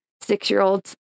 six-year-olds